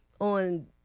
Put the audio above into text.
on